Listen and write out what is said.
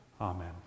Amen